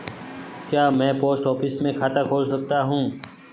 क्या मैं post office में खाता खोल सकता हूँ?